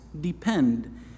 depend